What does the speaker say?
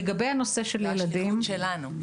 לגבי הנושא של ילדים --- זו השליחות שלנו.